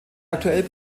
aktuell